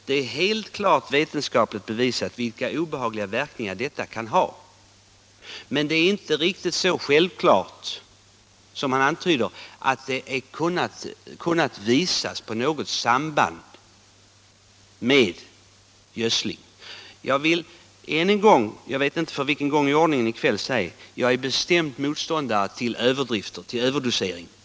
Det är också klart vetenskapligt bevisat vilka obehagliga verkningar denna kan ha. Men det är inte riktigt så självklart som herr Silfverstrand antyder att det här finns ett samband med gödsling. Jag vill än en gång — jag vet inte för vilken gång i ordningen i kväll — säga att jag är bestämd motståndare till överdosering.